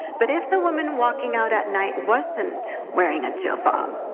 but if the woman walking out at night wasn't wearing a jilbab,